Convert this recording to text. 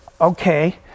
okay